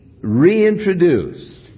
reintroduced